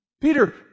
Peter